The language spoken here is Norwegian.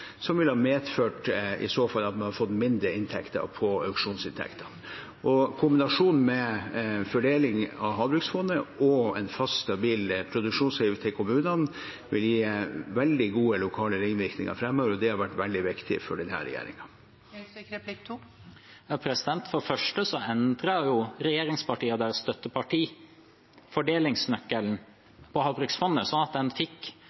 fall ville ha medført at man hadde fått mindre inntekter fra auksjonsinntektene. Kombinasjonen med en fordeling fra Havbruksfondet og en fast, stabil produksjonsavgift til kommunene vil gi veldig gode lokale ringvirkninger framover, og det har vært veldig viktig for denne regjeringen. For det første endret regjeringspartiene og deres støtteparti fordelingsnøkkelen i Havbruksfondet slik at en fikk